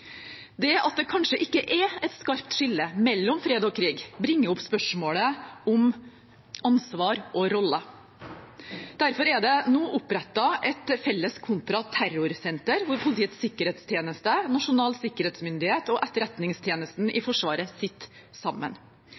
Det at det kanskje ikke er et skarpt skille mellom fred og krig, bringer opp spørsmålet om ansvar og roller. Derfor er det nå opprettet et felles kontraterrorsenter, hvor Politiets sikkerhetstjeneste, Nasjonal sikkerhetsmyndighet og Etterretningstjenesten i Forsvaret sitter sammen.